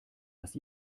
dass